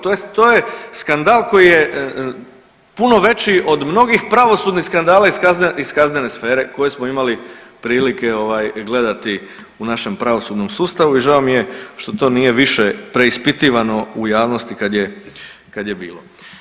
To je, to je skandal koji je puno veći od mnogih pravosudnih skandala iz kaznene sfere koje smo imali prilike ovaj gledati u našem pravosudnom sustavu i žao mi je što to nije više preispitivano u javnosti kad je bilo.